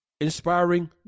inspiring